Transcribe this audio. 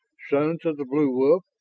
sons of the blue wolf,